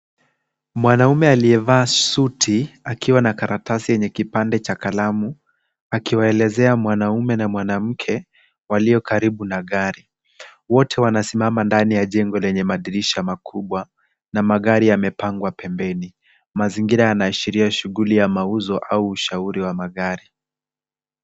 Mwanaume aliyevaa suti akiwa na karatasi na pande cha kalamu akiwaeleza mwanaume na mwanamke walio karibu na gari. Wote wanasimama ndani ya jengo lenye madirisha makubwa na magari yamepangwa pembeni. Mazingira yanaashiria shughuli ya mauzo au mashauri wa magari.